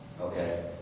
Okay